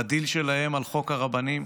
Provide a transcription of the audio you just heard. בדיל שלהם על חוק הרבנים?